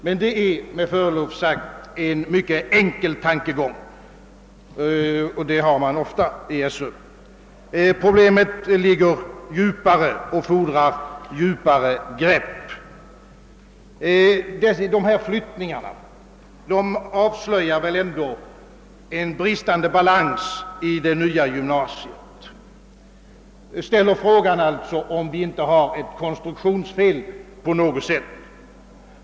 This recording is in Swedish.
Men det är, med förlov sagt, en mycket enkel tankegång — och så dana har man ofta i Sö. Problemet ligger djupare och kräver djupare grepp. Dessutom avslöjar väl ändå dessa flyttningar en bristande balans i det nya gymnasiet och ställer alltså frågan om det inte föreligger något konstruktionsfel.